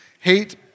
hate